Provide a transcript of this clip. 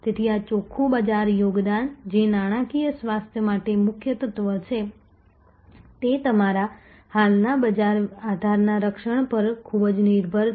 તેથી આ ચોખ્ખું બજાર યોગદાન જે નાણાકીય સ્વાસ્થ્ય માટેનું મુખ્ય તત્વ છે તે તમારા હાલના બજાર આધારના રક્ષણ પર ખૂબ જ નિર્ભર છે